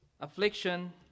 affliction